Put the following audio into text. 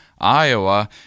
Iowa